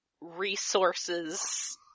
resources